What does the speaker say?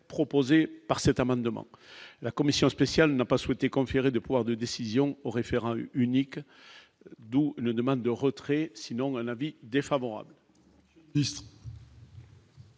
proposé par cet amendement, la commission spéciale n'a pas souhaité conférer des pouvoirs de décision référent unique, d'où le demande de retrait sinon un avis défavorable.